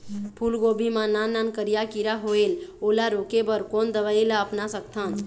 फूलगोभी मा नान नान करिया किरा होयेल ओला रोके बर कोन दवई ला अपना सकथन?